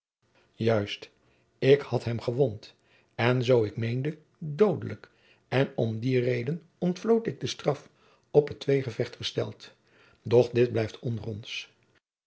juist ik had hem gewond en zoo ik meende doodelijk en om die reden ontvlood ik de straf op het tweegevecht gesteld doch dit blijft onder ons